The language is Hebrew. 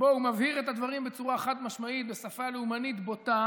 שבו הוא מבהיר את הדברים בצורה חד-משמעית בשפה לאומנית בוטה